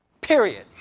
period